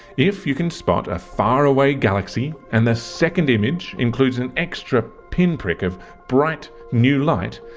if you can spot a faraway galaxy and the second image includes an extra pinprick of bright new light,